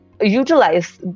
utilize